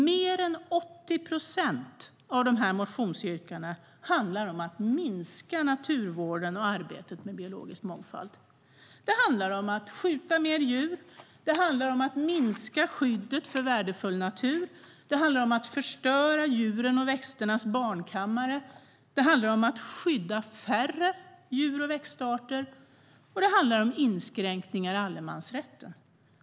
Mer än 80 procent av dessa motionsyrkanden handlar om att minska naturvården och arbetet med biologisk mångfald. Det handlar om att skjuta mer djur, det handlar om att minska skyddet för värdefull natur, det handlar om att förstöra djurens och växternas barnkammare, det handlar om att skydda färre djur och växtarter och det handlar om inskränkningar i allemansrätten.